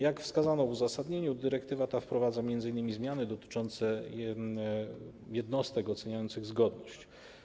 Jak wskazano w uzasadnieniu, dyrektywa ta wprowadza m.in. zmiany dotyczące jednostek oceniających zgodność.